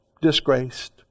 disgraced